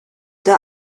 der